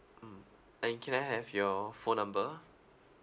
mm and can I have your phone number